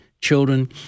children